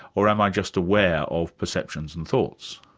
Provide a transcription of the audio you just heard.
or am i just aware of perceptions and thoughts?